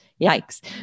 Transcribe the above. Yikes